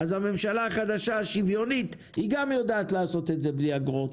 הממשלה החדשה השוויונית יודעת לעשות את זה בלי אגרות,